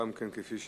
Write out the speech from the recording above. כפי שסוכם,